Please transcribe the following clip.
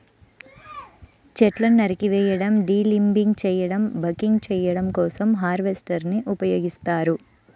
చెట్లను నరికివేయడం, డీలింబింగ్ చేయడం, బకింగ్ చేయడం కోసం హార్వెస్టర్ ని ఉపయోగిస్తారు